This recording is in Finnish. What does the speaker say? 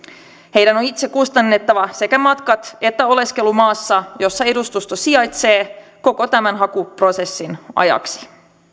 heidän on itse kustannettava sekä matkat että oleskelu maassa jossa edustusto sijaitsee koko tämän hakuprosessin ajaksi